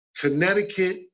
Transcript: Connecticut